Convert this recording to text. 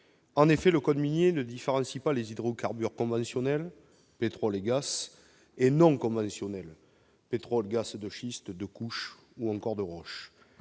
En effet, le code minier ne différencie pas hydrocarbures conventionnels- pétrole, gaz -et non conventionnels- pétrole et gaz de schiste, de couche ou de roche.